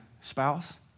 spouse